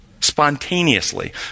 spontaneously